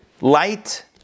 light